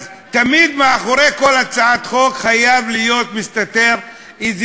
מאחורי כל הצעת חוק תמיד חייב להסתתר איזה